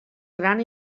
gran